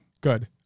Good